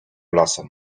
lasem